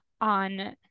on